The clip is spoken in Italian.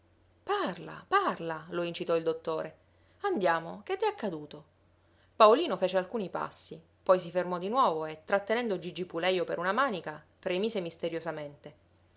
parla parla lo incitò il dottore andiamo che t'è accaduto paolino fece alcuni passi poi si fermò di nuovo e trattenendo gigi pulejo per una manica premise misteriosamente